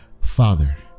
father